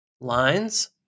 lines